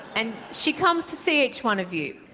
and she comes to see each one of you.